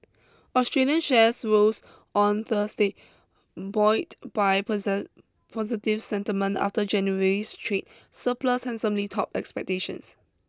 Australian shares rose on Thursday buoyed by positive sentiment after January's trade surplus handsomely topped expectations